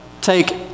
take